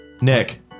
Nick